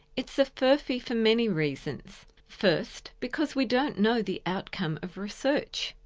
it's a furphy for many reasons. first, because we don't know the outcome of research.